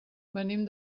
venim